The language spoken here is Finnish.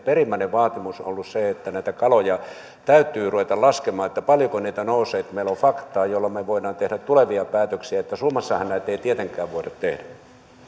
perimmäinen vaatimus on ollut se että näitä kaloja täytyy ruveta laskemaan paljonko niitä nousee että meillä on faktaa jolloin me voimme tehdä tulevia päätöksiä summassahan näitä ei tietenkään voida